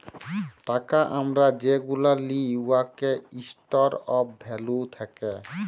টাকা আমরা যেগুলা লিই উয়াতে ইস্টর অফ ভ্যালু থ্যাকে